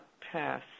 pass